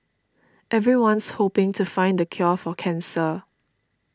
everyone's hoping to find the cure for cancer